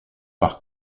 par